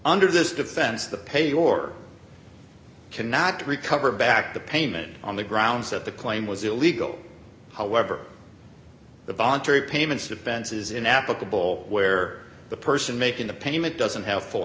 under this defense the pay your cannot recover back the payment on the grounds that the claim was illegal however the voluntary payments defenses in applicable where the person making the payment doesn't h